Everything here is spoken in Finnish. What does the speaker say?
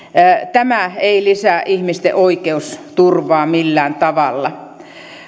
tämä ei lisää ihmisten oikeusturvaa millään tavalla